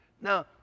Now